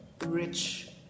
rich